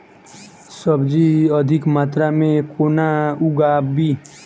सब्जी अधिक मात्रा मे केना उगाबी?